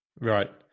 Right